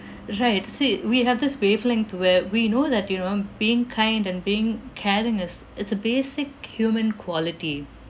right see we have this wavelength where we know that you know being kind and being caring is it's a basic human quality